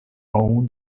own